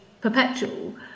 perpetual